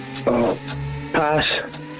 Pass